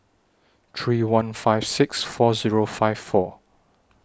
three one five six four Zero five four